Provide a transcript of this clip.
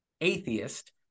atheist